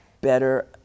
better